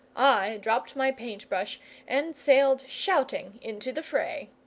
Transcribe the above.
i dropped my paint brush and sailed shouting into the fray.